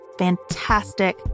fantastic